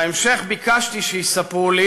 בהמשך ביקשתי שיספרו לי